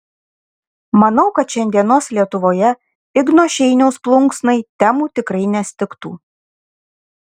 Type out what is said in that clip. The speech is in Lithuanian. manau kad šiandienos lietuvoje igno šeiniaus plunksnai temų tikrai nestigtų